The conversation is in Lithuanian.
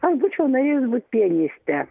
aš būčiau norėjus būt pianiste